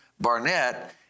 Barnett